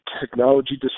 technology